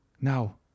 Now